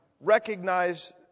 recognize